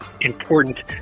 important